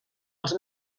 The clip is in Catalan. els